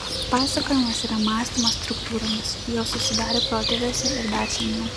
pasakojimas yra mąstymas struktūromis jos susidarė protėviuose ir dar seniau